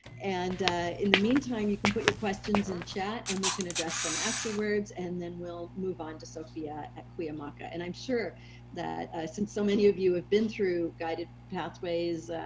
and in the meantime, you can put your in chat and we can address them afterwards and then we'll move on to sofia at cuyamaca. and i'm sure that since so many of you have been through guided pathways